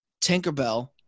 Tinkerbell